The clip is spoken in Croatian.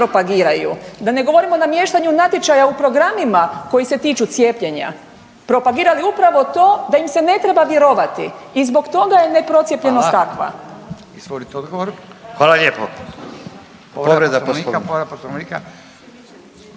da ne govorim o namještaju natječaja u programima koji se tiču cijepljenja, propagirali upravo to da im se ne treba vjerovati. I zbog toga je ne procijepljenost takva. **Radin,